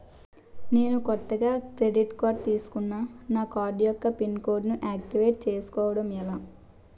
నేను కొత్తగా credit card తిస్కున్నా నా కార్డ్ యెక్క పిన్ కోడ్ ను ఆక్టివేట్ చేసుకోవటం ఎలా?